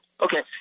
okay